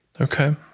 Okay